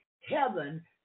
heaven